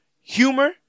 humor